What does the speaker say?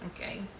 Okay